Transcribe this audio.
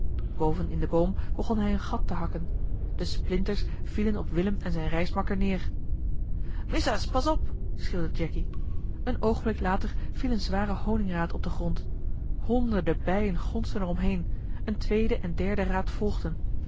boven in den boom begon hij een gat te hakken de splinters vielen op willem en zijn reismakker neer missa's pas op schreeuwde jacky een oogenblik later viel eene zware honigraat op den grond honeli heimans willem roda derden bijen gonsden er om heen eene tweede en derde raat volgden